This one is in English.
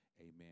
Amen